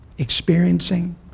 experiencing